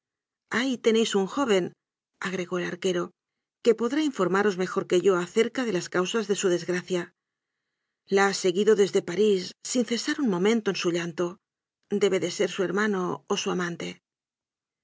ahí tenéis un jovenagregó el arqueroque podrá in formaros mejor que yo acerca de las causas de su desgracia la ha seguido desde parís sin cesar un momento en su llanto debe de ser su hermano o su amante